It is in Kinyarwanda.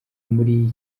muri